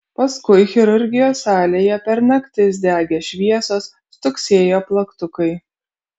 paskui chirurgijos salėje per naktis degė šviesos stuksėjo plaktukai